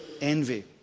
Envy